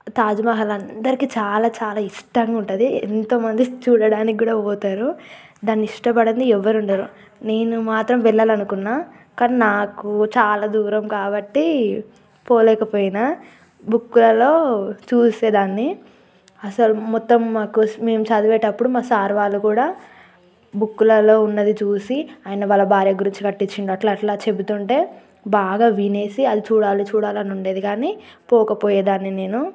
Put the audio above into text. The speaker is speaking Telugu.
తాజ్మహల్ అందరికీ చాలా చాలా ఇష్టంగా ఉంటుంది ఎంతోమంది చూడడానికి కూడా పోతారు దాన్ని ఇష్టపడందే ఎవరు ఉండరు నేను మాత్రం వెళ్ళాలనుకున్నాను కానీ నాకు చాలా దూరం కాబట్టి పోలేకపోయినా బుక్లలో చూసేదాన్ని అసలు మొత్తం మాకు మేము చదివేటప్పుడు మా సార్ వాళ్ళు కూడా బుక్లలో ఉన్నది చూసి ఆయన వాళ్ళ భార్య గురించి కట్టించిండు అట్లా అట్లా చెబుతుంటే బాగా వినేసి అది చూడాలి చూడాలి అని ఉండేది కానీ పోక పోయేదాన్ని నేను